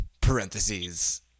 parentheses